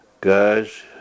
Guys